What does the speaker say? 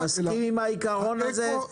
אני מסכים עם העיקרון הזה,